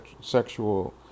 sexual